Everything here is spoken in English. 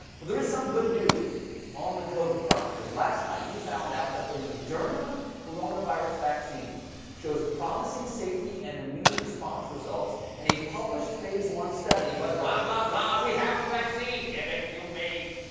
but there is some good news on the covid front because last night we found out that the moderna coronavirus vaccine shows promising safety and immune response results in a published phase one study but blah blah blah we have a vaccine. give it to me.